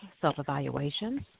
self-evaluations